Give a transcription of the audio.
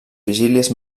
vigílies